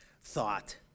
thought